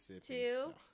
two